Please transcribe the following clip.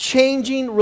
changing